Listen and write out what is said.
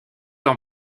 ans